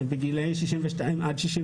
בגילאי 62 עד 67